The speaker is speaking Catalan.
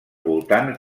voltants